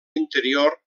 interior